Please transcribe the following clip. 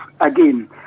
again